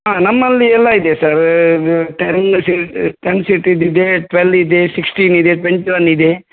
ಹಾಂ ನಮ್ಮಲ್ಲಿ ಎಲ್ಲ ಇದೆ ಸರ್ ಇದು ಟೆನ್ ಸೀಟ್ ಟೆನ್ ಸೀಟಿಂದು ಇದೆ ಟ್ವೆಲ್ ಇದೆ ಸಿಕ್ಸ್ಟೀನ್ ಇದೆ ಟ್ವೆಂಟಿ ಒನ್ ಇದೆ